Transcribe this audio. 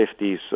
50s